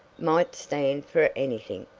might stand for anything,